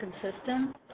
consistent